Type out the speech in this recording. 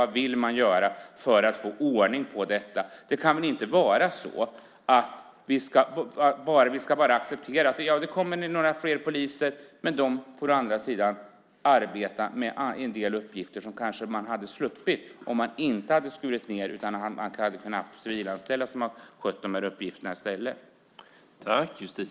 Vad vill man göra för att få ordning på detta? Det kan väl inte vara så att vi bara ska acceptera att det kommer några fler poliser men att de får arbeta med en del uppgifter som de kanske hade sluppit om man inte hade skurit ned utan hade kunnat ha civilanställda som hade skött de här uppgifterna i stället.